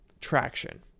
traction